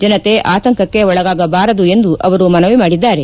ಜನತೆ ಆತಂಕಕ್ಕೆ ಒಳಗಾಗಬಾರದು ಎಂದು ಅವರು ಮನವಿ ಮಾಡಿದ್ದಾರೆ